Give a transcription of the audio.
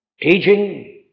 Teaching